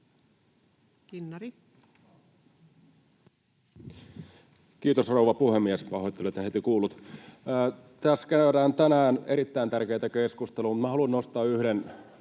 Kiitos, rouva puhemies! Pahoittelen, etten heti kuullut. Tässä käydään tänään erittäin tärkeätä keskustelua. Minä haluan nostaa yhden